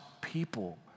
people